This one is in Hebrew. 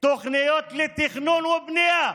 תוכניות לתכנון ובנייה.